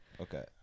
okay